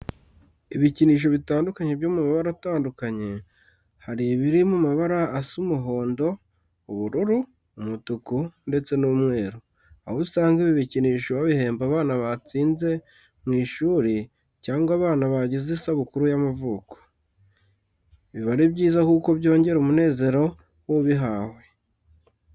Ibicyinisho bitandukanye byo mu mabara atandukanye hari ibiri mu mabara asa umuhondo, ubururu, umutuku ndetse n'umweru aho usanga ibi bicyinisho babihemba abana batsinze mu ishuri cyangwa abana bajyize isabukuru y'amavuko. Biba ari byiza kuko byongera umunezero w'ubihawe.